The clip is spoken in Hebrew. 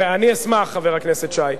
אני אשמח, חבר הכנסת שי.